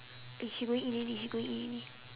eh she going in already she going in already